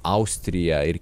austrija ir